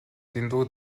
дэндүү